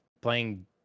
playing